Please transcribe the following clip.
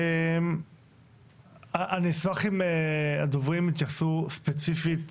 אני אשמח אם הדוברים יתייחסו ספציפית